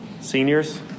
seniors